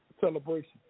celebration